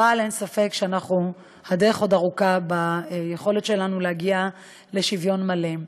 אבל אין ספק שהדרך עוד ארוכה ביכולת שלנו להגיע לשוויון מלא.